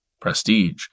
prestige